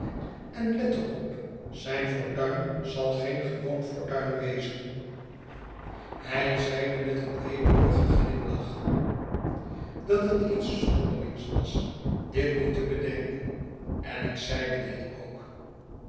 en let er op zijn fortuin zal geen gewoon fortuin wezen hij zeide met een weemoedigen glimlach dat het iets zonderlings was dit nu te bedenken en ik zeide dit ook